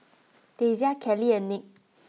Dasia Cali and Nick